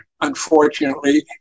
Unfortunately